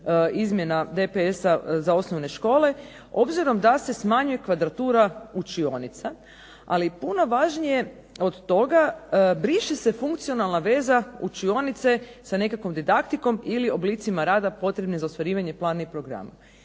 izmjena DPS-a za osnovne škole. Obzirom da se smanjuje kvadratura učionica, ali puno važnije od toga briše se funkcionalna veza učionice sa nekakvom didaktikom ili oblicima rada potrebne za ostvarivanje plana i programa.